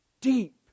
deep